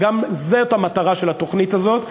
זאת המטרה של התוכנית הזאת.